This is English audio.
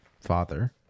father